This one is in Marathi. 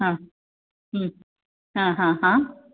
हां हां हां हां